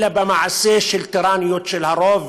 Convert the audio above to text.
אלא במעשה של טירניות של הרוב,